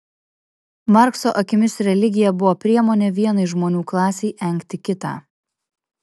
markso akimis religija buvo priemonė vienai žmonių klasei engti kitą